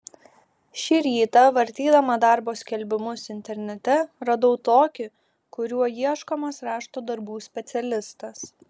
šį rytą vartydama darbo skelbimus internete radau tokį kuriuo ieškomas rašto darbų specialistas